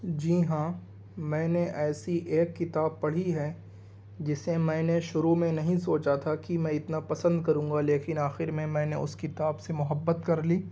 جی ہاں میں نے ایسی ایک کتاب پڑھی ہے جسے میں نے شروع میں نہیں سوچا تھا کہ میں اتنا پسند کروں گا لیکن آخر میں میں نے اس کتاب سے محبت کر لی